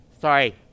sorry